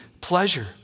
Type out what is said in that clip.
pleasure